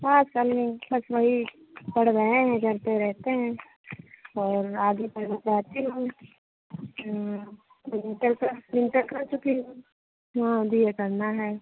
हाँ चल रही बस वही पढ़ रहे हैं घर पर रहते हैं और आगे पढ़ना चाहती हूँ इंटर क् इंटर कर चुकी हूँ बी ए करना है